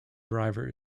driver